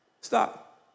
stop